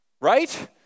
Right